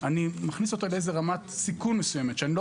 אני מכניס אותו לקטגוריה של איזו רמת סיכון מסוכנת,